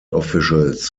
officials